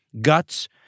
guts